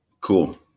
cool